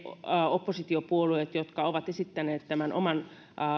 oppositiopuolueet jotka ovat esittäneet tämän oman